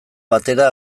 batera